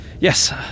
Yes